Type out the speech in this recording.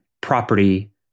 property